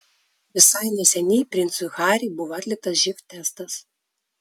visai neseniai princui harry buvo atliktas živ testas